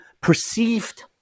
perceived